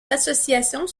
associations